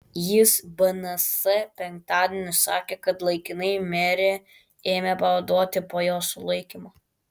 jis bns penktadienį sakė kad laikinai merę ėmė pavaduoti po jos sulaikymo